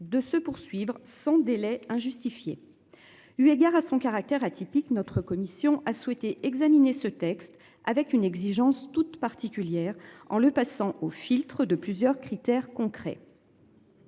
de se poursuivre sans délai injustifié. Eu égard à son caractère atypique. Notre commission a souhaité examiner ce texte avec une exigence toute particulière en le passant au filtre de plusieurs critères concrets.